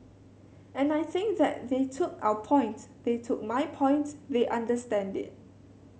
and I think that they took our point they took my point they understand it